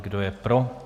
Kdo je pro?